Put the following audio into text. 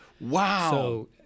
Wow